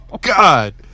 God